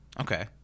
Okay